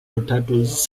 potatoes